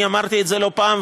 אני אמרתי את זה לא פעם,